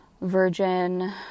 virgin